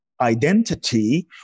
identity